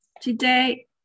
today